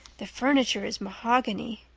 the furniture is mahogany.